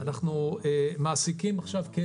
שכפי שיעל אמרה,